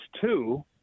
two